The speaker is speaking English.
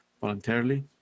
voluntarily